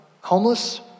homeless